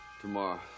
Tomorrow